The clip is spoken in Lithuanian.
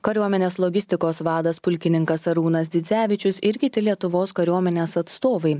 kariuomenės logistikos vadas pulkininkas arūnas dzidzevičius ir kiti lietuvos kariuomenės atstovai